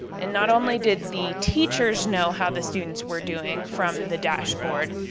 and not only did the teachers know how the students were doing from the dashboard,